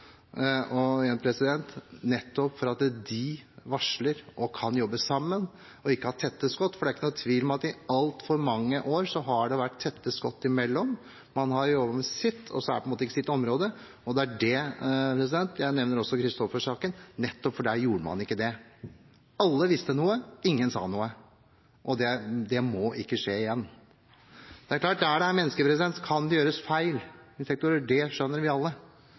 for at nettopp de varsler, jobber sammen og ikke har tette skott. For det er ingen tvil om at det i altfor mange år har vært tette skott mellom ulike sektorer. Man har på en måte jobbet med sitt og tenkt at det ikke er ens eget område. Jeg nevner Christoffer-saken nettopp fordi man ikke gjorde det der. Alle visste noe, men ingen sa noe. Det må ikke skje igjen. Det er klart at i sektorer der det er mennesker, kan det gjøres feil. Det skjønner vi alle,